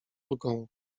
ulgą